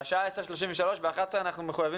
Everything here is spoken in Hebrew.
השעה 10:33. ב-11:00 אנחנו מחויבים